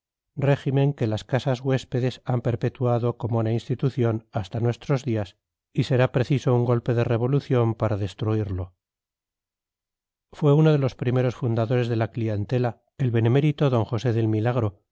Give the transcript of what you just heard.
que las casas huéspedes han perpetuado como una institución hasta nuestros días y será preciso un golpe de revolución para destruirlo fue uno de los primeros fundadores de la clientela el benemérito d josé del milagro